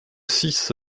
six